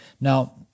Now